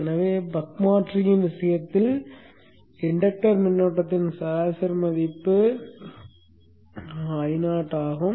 எனவே பக் மாற்றியின் விஷயத்தில் இன்டக்டர் மின்னோட்டத்தின் சராசரி மதிப்பு Io ஆகும்